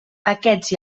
aquests